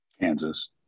Kansas